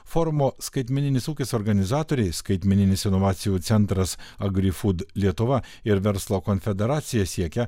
forumo skaitmeninis ūkis organizatoriai skaitmeninis inovacijų centras agrifud lietuva ir verslo konfederacija siekia